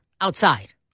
outside